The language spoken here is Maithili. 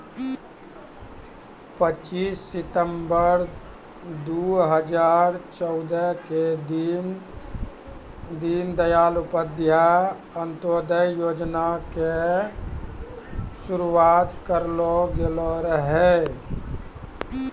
पच्चीस सितंबर दू हजार चौदह के दीन दयाल उपाध्याय अंत्योदय योजना के शुरुआत करलो गेलो रहै